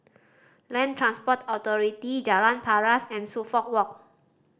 Land Transport Authority Jalan Paras and Suffolk Walk